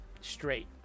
straight